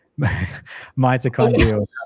mitochondrial